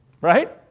Right